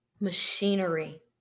machinery